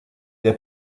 der